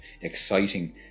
exciting